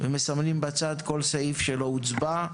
מסמנים בצד כל סעיף שלא הוצבע.